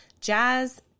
jazz